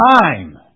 Time